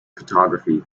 photography